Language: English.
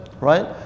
right